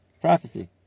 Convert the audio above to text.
Prophecy